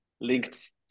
linked